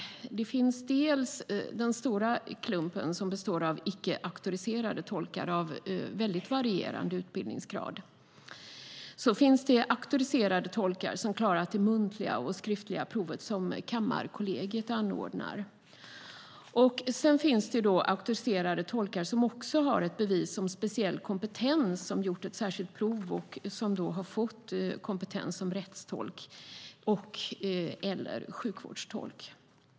Det finns den stora delen som består av icke auktoriserade tolkar med väldigt varierande utbildningsgrad. Sedan finns det auktoriserade tolkar som har klarat det muntliga och skriftliga provet som Kammarkollegiet anordnar. Det finns också auktoriserade tolkar som har bevis om speciell kompetens och som gjort ett särskilt prov och fått kompetens som rättstolk eller sjukvårdstolk.